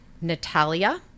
Natalia